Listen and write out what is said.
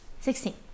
Sixteen